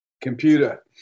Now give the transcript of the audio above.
computer